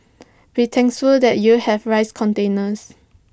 be thankful that you have rice containers